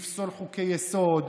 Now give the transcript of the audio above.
לפסול חוקי-יסוד,